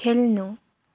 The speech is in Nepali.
खेल्नु